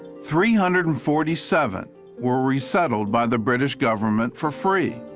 three hundred and forty seven were resettled by the british government for free.